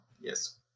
Yes